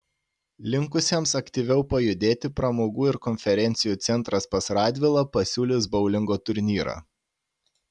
linkusiems aktyviau pajudėti pramogų ir konferencijų centras pas radvilą pasiūlys boulingo turnyrą